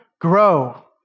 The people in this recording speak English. Grow